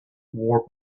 war